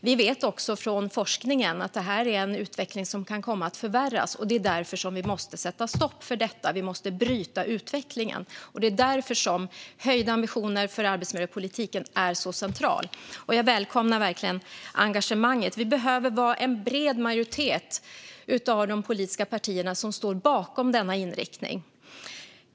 Vi vet också från forskningen att denna utveckling kan komma att förvärras, och därför måste vi sätta stopp för detta och bryta utvecklingen. Därför är höjda ambitioner för arbetsmiljöpolitiken centralt. Jag välkomnar engagemanget. Det behövs att en bred majoritet av de politiska partierna står bakom denna inriktning.